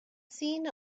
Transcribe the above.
seen